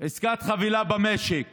עסקת חבילה במשק